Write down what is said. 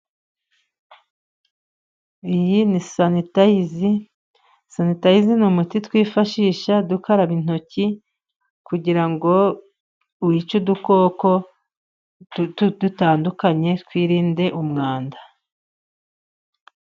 Iyi ni sanitayiza . Sanitayiza ni umuti twifashisha dukaraba intoki kugira ngo wice udukoko dutandukanye twirinde umwanda.